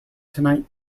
tonight